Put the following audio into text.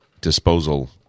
disposal